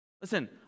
Listen